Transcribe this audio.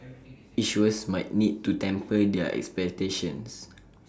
issuers might need to temper their expectations